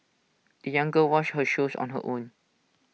the young girl washed her shoes on her own